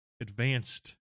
advanced